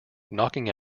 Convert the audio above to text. knocking